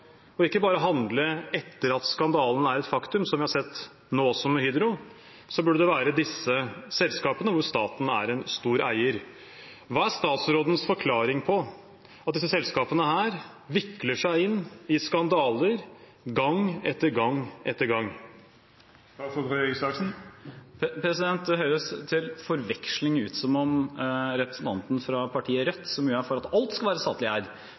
og ikke bare handle etter at skandalen er et faktum, som vi har sett nå også med Hydro, burde det være disse selskapene, hvor staten er en stor eier. Hva er statsrådens forklaring på at disse selskapene vikler seg inn i skandaler gang etter gang etter gang? Det høres til forveksling ut som om representanten fra partiet Rødt, som jo er for at alt skal være statlig eid,